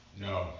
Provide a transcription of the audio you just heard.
No